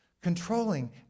controlling